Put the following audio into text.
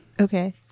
Okay